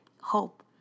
hope